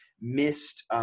missed